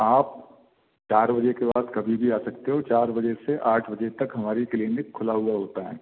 आप चार बजे के बाद कभी भी आ सकते हो चार बजे से आठ बजे तक हमारी क्लिनिक खुला हुआ होता है